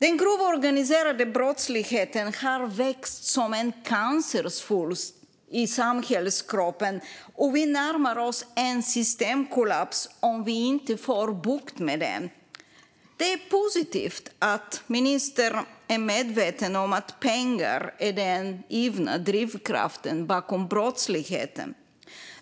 Den grova organiserade brottsligheten har växt som en cancersvulst i samhällskroppen, och vi närmar oss en systemkollaps om vi inte får bukt med den. Det är positivt att ministern är medveten om att pengar är den givna drivkraften bakom brottsligheten.